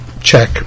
check